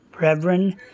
Reverend